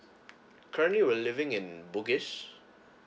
currently we're living in bugis